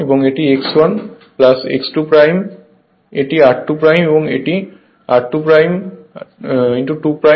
এবং এটি r 1 এবং এটি x 1 x 2